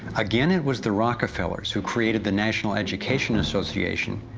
again, it was the rockefellers who created the national education association,